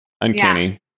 uncanny